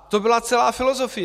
To byla celá filozofie.